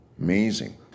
Amazing